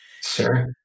Sure